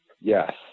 Yes